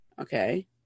Okay